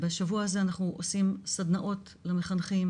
בשבוע הזה אנחנו עושים סדנאות למחנכים